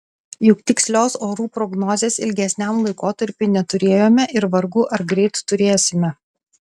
juk tikslios orų prognozės ilgesniam laikotarpiui neturėjome ir vargu ar greit turėsime